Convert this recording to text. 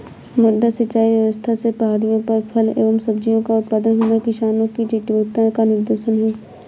मड्डा सिंचाई व्यवस्था से पहाड़ियों पर फल एवं सब्जियों का उत्पादन होना किसानों की जीवटता का निदर्शन है